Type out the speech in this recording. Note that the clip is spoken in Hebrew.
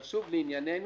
אבל שוב, לענייננו,